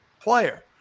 player